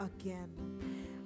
again